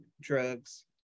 drugs